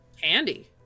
Handy